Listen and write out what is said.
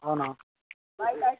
అవునా